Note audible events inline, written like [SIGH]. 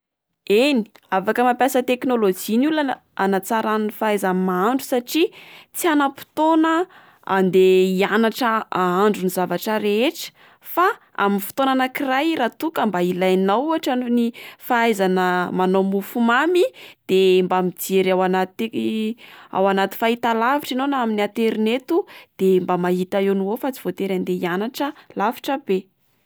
Eny afaka mampiasa teknolojia olona ana- anatsarainy ny fahaizany mahandro satria tsy anam-potoana ande hianatra ahandro ny zavatra rehetra fa amin'ny fotoana anak'iray raha toa ka mba ilainao ohatra ny fahaizana manao mofo mamy de mba mijery anaty [HESITATION] ao anaty fahitalavitra enao na aterineto de mba mahita eo no eo fa tsy voatery andeha hianatra alavitra be.